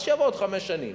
אז שיבוא בעוד חמש שנים.